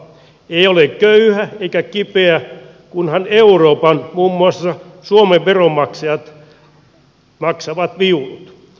ei ole köyhä eikä kipeä kunhan euroopan muun muassa suomen veronmaksajat maksavat viulut